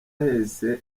ahetse